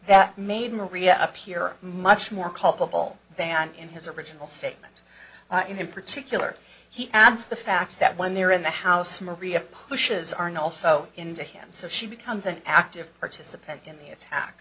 that made maria appear much more culpable than in his original statement in particular he adds the facts that when they're in the house maria pushes arnolfo into him so she becomes an active participant in the attack